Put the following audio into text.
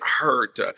hurt